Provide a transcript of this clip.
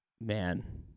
Man